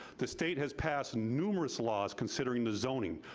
the state has passed numerous laws considering the zoning,